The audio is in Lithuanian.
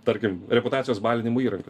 tarkim reputacijos balinimo įrankiu